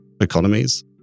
economies